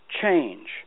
change